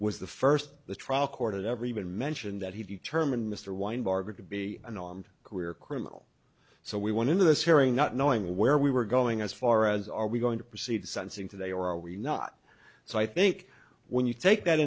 was the first the trial court had ever even mentioned that he determined mr weinberger to be unarmed career criminal so we went into this hearing not knowing where we were going as far as are we going to proceed sentencing today or are we not so i think when you take that